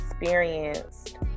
experienced